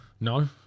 No